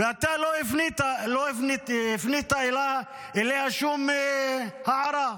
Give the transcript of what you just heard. ואתה לא הפנית אליה שום הערה.